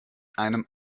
einem